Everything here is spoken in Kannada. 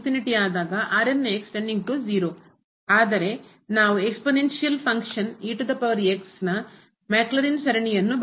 ಆದಾಗ ಆದರೆ ನಾವು ಎಕ್ಸ್ಪೋನೆಂಇನ್ಸಿಯಲ್ ಫಂಕ್ಷನ್ನ ಕಾರ್ಯದ ಘಾತೀಯ ನ ಮ್ಯಾಕ್ಲೌರಿನ್ಸ್ ಸರಣಿಯನ್ನು ಬರೆಯಬಹುದು